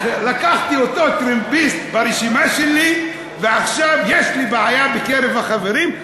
לקחתי אותו טרמפיסט ברשימה שלי ועכשיו יש לי בעיה בקרב החברים.